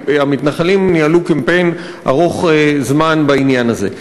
המתנחלים ניהלו קמפיין ארוך בעניין הזה.